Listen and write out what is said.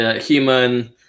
human